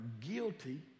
guilty